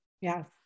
Yes